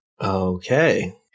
Okay